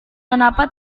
kenapa